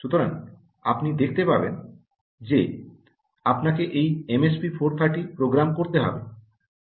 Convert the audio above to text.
সুতরাং আপনি দেখতে পারেন যে আপনাকে এই এমএসপি 430 প্রোগ্রাম করতে হবে